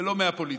ולא מהפוליטיקה,